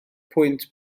pwynt